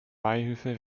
beihilfe